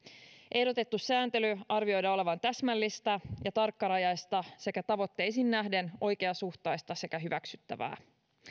ehdotetun sääntelyn arvioidaan olevan täsmällistä ja tarkkarajaista sekä tavoitteisiin nähden oikeasuhtaista sekä hyväksyttävää